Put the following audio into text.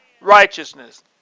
righteousness